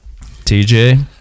TJ